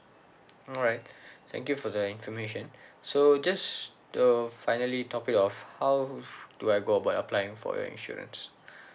alright thank you for the information so just to finally top it off how do I go about applying for your insurance